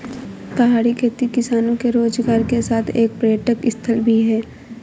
पहाड़ी खेती किसानों के रोजगार के साथ एक पर्यटक स्थल भी है